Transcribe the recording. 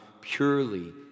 purely